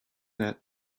that